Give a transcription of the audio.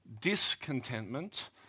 discontentment